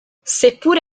seppure